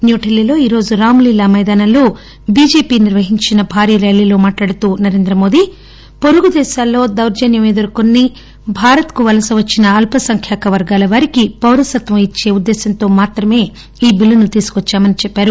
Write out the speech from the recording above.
న్యూఢిల్లీలో ఈ రోజు రామ్ లీలా మైదానంలో బిజెపి నిర్వహించిన భారీ ర్యాలీలో మాట్లాడుతూ నరేంద్ర మోదీ పొరుగు దేశాల్లో దౌర్జన్యం ఎదుర్కోని భారత్ కు వలస వచ్చిన అల్ప సంఖ్యాక వర్గాల వారికి పౌరసత్వం ఇచ్చే ఉద్దేశ్యంతో మాత్రమే ఈ బిల్లును తీసుకువచ్చామని చెప్పారు